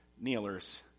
kneelers